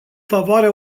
favoarea